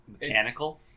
mechanical